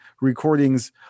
recordings